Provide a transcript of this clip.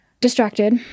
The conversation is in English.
distracted